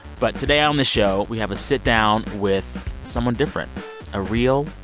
but today on the show, we have a sit-down with someone different a real,